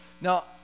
now